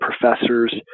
professors